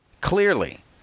Clearly